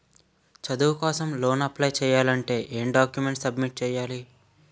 చదువు కోసం loan apply చేయాలి అంటే ఎం డాక్యుమెంట్స్ సబ్మిట్ చేయాలి?